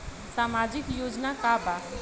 सामाजिक योजना का बा?